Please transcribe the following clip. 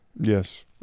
Yes